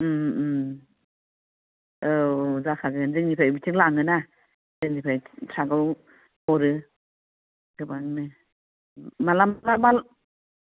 औ जाखागोन जोंनिफ्राय बिथिं लाङोना जोंनिफ्राय थ्राकआव हरो गोबांनो माब्ला